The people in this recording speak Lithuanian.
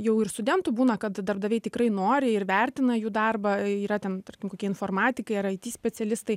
jau ir studentų būna kad darbdaviai tikrai nori ir vertina jų darbą tai yra ten tarkim kokie informatikai ar ai ty specialistai